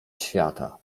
świata